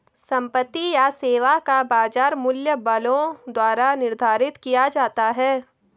संपत्ति या सेवा का बाजार मूल्य बलों द्वारा निर्धारित किया जाता है